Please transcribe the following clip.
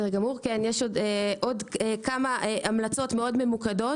יש עוד כמה המלצות מאוד ממוקדות,